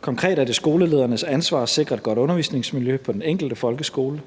Konkret er det skolelederens ansvar at sikre et godt undervisningsmiljø på den enkelte folkeskole.